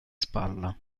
spalla